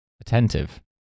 Attentive